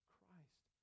Christ